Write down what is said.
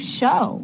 show